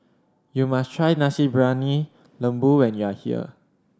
you must try Nasi Briyani Lembu when you are here